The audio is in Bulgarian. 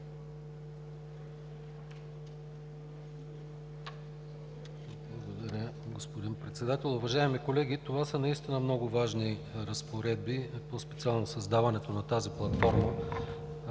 Благодаря, господин Председател. Уважаеми колеги, това са наистина много важни разпоредби – по-специално създаването на тази платформа,